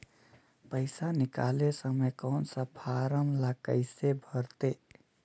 पइसा निकाले समय कौन सा फारम ला कइसे भरते?